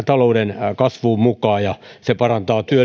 talouden kasvuun mukaan ja se parantaa